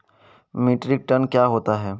Metric tonne क्या होता है?